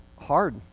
hard